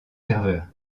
serveurs